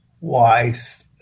wife